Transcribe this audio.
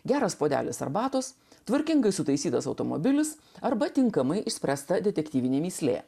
geras puodelis arbatos tvarkingai sutaisytas automobilis arba tinkamai išspręsta detektyvinė mįslė